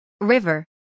River